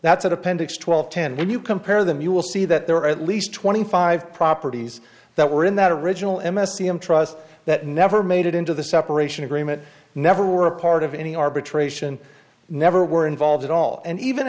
that's at appendix twelve ten when you compare them you will see that there are at least twenty five properties that were in that original m s e interest that never made it into the separation agreement never were a part of any arbitration never were involved at all and even